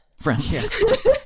friends